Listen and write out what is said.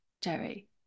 Jerry